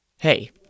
Hey